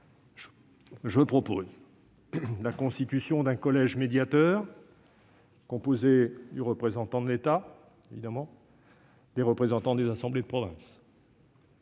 je propose la constitution d'un collège médiateur, composé du représentant de l'État, évidemment, et de représentants des assemblées de province.